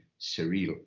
surreal